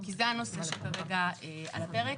כי זה הנושא שכרגע על הפרק.